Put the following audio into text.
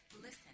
Listen